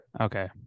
Okay